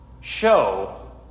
show